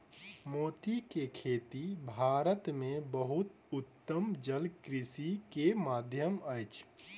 मोती के खेती भारत में बहुत उत्तम जलकृषि के माध्यम अछि